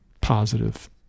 positive